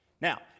now